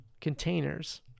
containers